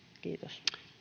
kiitos